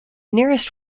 nearest